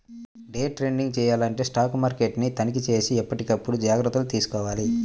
day trading చెయ్యాలంటే stock మార్కెట్ని తనిఖీచేసి ఎప్పటికప్పుడు జాగర్తలు తీసుకోవాలి